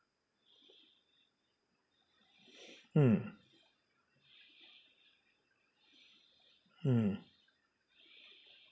mm mm